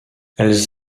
elles